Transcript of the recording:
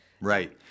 right